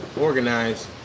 organized